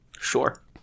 sure